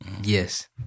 Yes